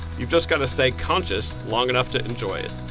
you've just got to stay conscious long enough to enjoy it.